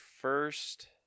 first